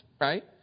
right